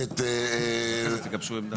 ואתם תגבשו עמדה.